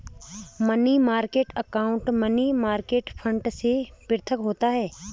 money market account money market fund से पृथक होता है